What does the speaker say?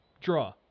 draw